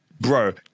bro